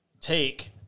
take